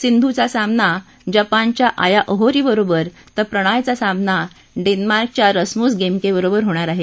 सिंधू चा सामना जपानच्या आया ओहोरी बरोबर तर प्रणॉय चा सामन डेन्मार्क च्या रसमुस गेमके बरोबर होणार आहे